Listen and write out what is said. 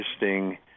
interesting